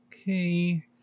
Okay